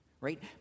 right